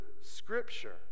Scripture